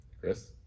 Chris